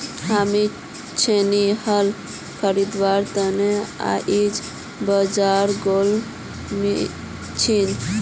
हामी छेनी हल खरीदवार त न आइज बाजार गेल छिनु